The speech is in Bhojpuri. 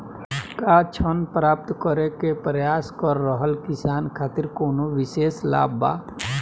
का ऋण प्राप्त करे के प्रयास कर रहल किसान खातिर कउनो विशेष लाभ बा?